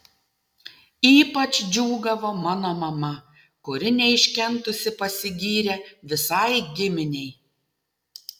ypač džiūgavo mano mama kuri neiškentusi pasigyrė visai giminei